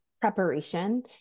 preparation